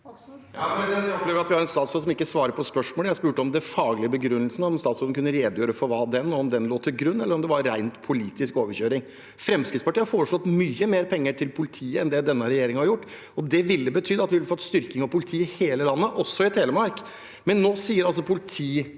Jeg opplever at vi har en statsråd som ikke svarer på spørsmålet. Jeg spur te om den faglige begrunnelsen, om statsråden kunne redegjøre for den og om den lå til grunn, eller om det var ren politisk overkjøring. Fremskrittspartiet har foreslått mye mer penger til politiet enn det denne regjeringen har gjort. Det ville betydd at vi ville fått en styrking av politiet i hele landet, også i Telemark. Nå sier altså